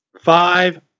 five